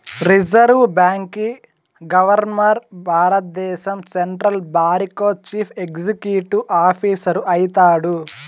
reserve బాంకీ governor భారద్దేశం central బారికో చీఫ్ ఎక్సిక్యూటివ్ ఆఫీసరు అయితాడు